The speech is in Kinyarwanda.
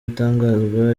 atangazwa